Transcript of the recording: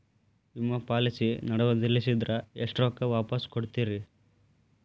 ವಿಮಾ ಪಾಲಿಸಿ ನಡುವ ನಿಲ್ಲಸಿದ್ರ ಎಷ್ಟ ರೊಕ್ಕ ವಾಪಸ್ ಕೊಡ್ತೇರಿ?